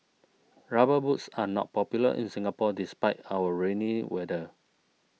rubber boots are not popular in Singapore despite our rainy weather